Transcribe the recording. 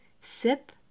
sip